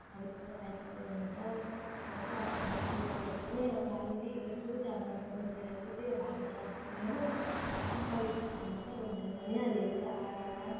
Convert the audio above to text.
अब त्यस्तो टाइपकोहरू हुन्छ त्यहाँ चाहिँ अब म सिरियलहरू पनि अब अलिअलि हेर्छु त्यहाँ मनपर्ने सिरियल चाहिँ त्यही अब भाग्यलक्ष्मी हो चलचित्रमा चाहिँ मैले भनिहालेँ आरआरआर